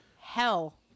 hell